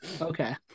Okay